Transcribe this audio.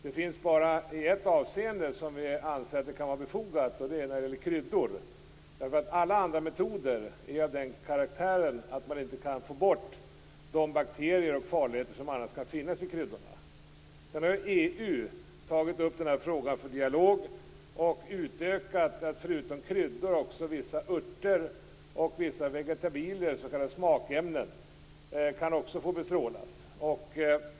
Det är bara i ett avseende som vi anser att det kan vara befogat, och det är när det gäller kryddor. Alla andra metoder är av den karaktären att man inte kan få bort de bakterier och farligheter som annars kan finnas i kryddorna. EU har nu tagit upp frågan för dialog och utökat det så att förutom kryddor också vissa örter och vegetabilier, s.k. smakämnen, kan få bestrålas.